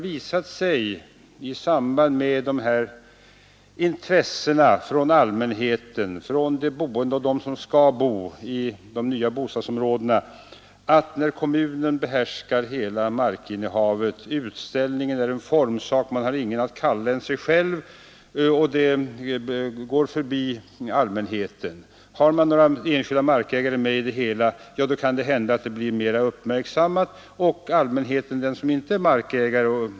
I samband med att de här intressena från allmänheten, från dem som redan bor i och från dem som skall bo i de nya bostadsområdena, kommit till uttryck har det visat sig att när kommunen behärskar hela markinnehavet blir utställningen av planförslag en formsak. Man har ingen annan än sig själv att kalla, det hela går förbi allmänheten. Har man några enskilda markägare med kan det hända att planförslaget blir mera uppmärksam mat även av den allmänhet som inte är markägare.